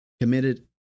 committed